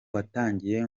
watangiye